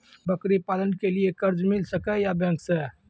बकरी पालन के लिए कर्ज मिल सके या बैंक से?